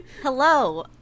Hello